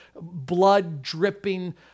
blood-dripping